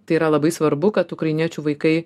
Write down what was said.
tai yra labai svarbu kad ukrainiečių vaikai